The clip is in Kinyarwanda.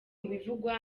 ibivugwa